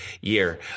year